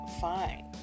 fine